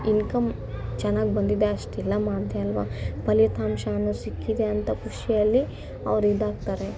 income ಚೆನ್ನಾಗಿ ಬಂದಿದೆ ಅಷ್ಟೆಲ್ಲ ಮಾಡಿದೆ ಅಲ್ವಾ ಫಲಿತಾಂಶ ಏನೋ ಸಿಕ್ಕಿದೆ ಅಂತ ಖುಷಿಯಲ್ಲಿ ಅವ್ರಿದಾಗ್ತಾರೆ